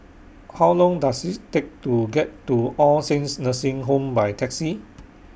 How Long Does IT Take to get to All Saints Nursing Home By Taxi